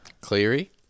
Cleary